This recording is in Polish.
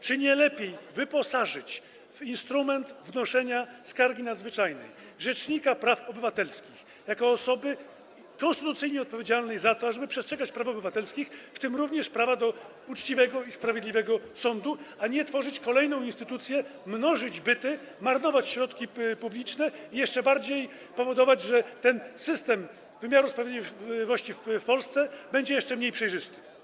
Czy nie lepiej wyposażyć w instrument wnoszenia skargi nadzwyczajnej rzecznika praw obywatelskich jako osobę konstytucyjnie odpowiedzialną za to, ażeby przestrzegać praw obywatelskich, w tym również prawa do uczciwego i sprawiedliwego sądu, a nie tworzyć kolejną instytucję, mnożyć byty, marnować środki publiczne i powodować, że system wymiaru sprawiedliwości w Polsce będzie jeszcze mniej przejrzysty?